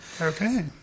Okay